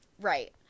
Right